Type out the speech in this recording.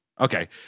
Okay